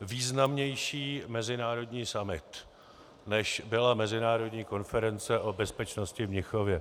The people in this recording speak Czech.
významnější mezinárodní summit, než byla mezinárodní konference o bezpečnosti v Mnichově.